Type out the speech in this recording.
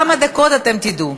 כמה דקות ואתם תדעו.